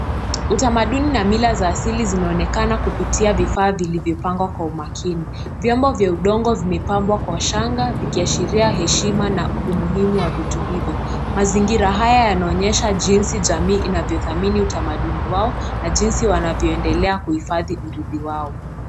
Utamaduni na mila za asili zinaonekana kupitia vifaa vilivyopangwa kwa umakini, vyombo vya udongo vimepambwa kwa shanga vikiashiria heshima na umuhimu wa vitu hivyo, mazingira haya wanaonyesha jinsi jamii inavyothamani utamaduni wao na jinsi wanavyoendelea kuhifadhi urithi wao.